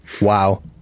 Wow